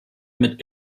mit